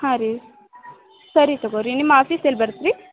ಹಾಂ ರೀ ಸರಿ ತಗೋರಿ ನಿಮ್ಮ ಆಫೀಸ್ ಎಲ್ಲಿ ಬರತ್ತೆ ರೀ